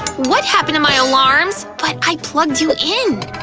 what happened to my alarms? but i plugged you in!